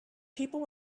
people